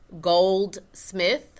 Goldsmith